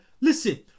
listen